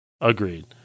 Agreed